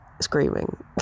screaming